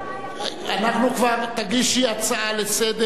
תגישי הצעה לסדר,